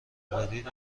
دارید